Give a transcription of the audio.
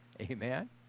Amen